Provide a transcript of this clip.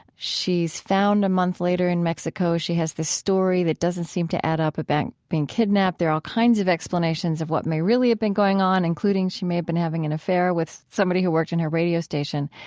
she's found a month later in mexico. she has this story that doesn't seem to add up about being kidnapped. there are all kinds of explanations of what may really have been going on, including she may have been having an affair with somebody who worked in her radio station